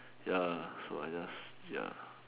ya so I just ya